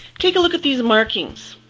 take a look at these markings.